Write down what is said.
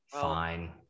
fine